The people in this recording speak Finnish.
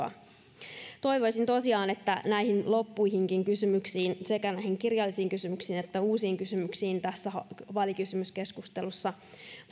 keskusrikospoliisin johtoa toivoisin tosiaan että näihin loppuihinkin kysymyksiin sekä näihin kirjallisiin kysymyksiin että uusiin kysymyksiin tässä välikysymyskeskustelussa